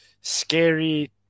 scary